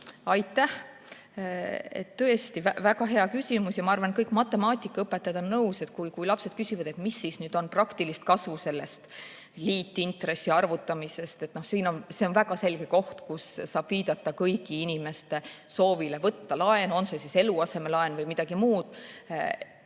Aitäh! Tõesti väga hea küsimus. Ma arvan, et kõik matemaatikaõpetajad on nõus, et kui lapsed küsivad, mis on praktilist kasu liitintressi arvutamisest, siis siin on väga selge koht, kus saab viidata kõigi inimeste soovile võtta laenu, on see siis eluasemelaen või midagi muud,